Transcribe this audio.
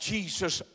Jesus